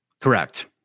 Correct